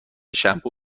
شنبه